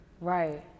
Right